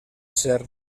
ser